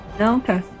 okay